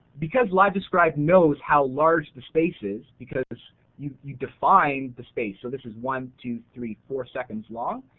because livedescribe knows how large the space is, because you you define the space, so this is one two, three, four seconds long.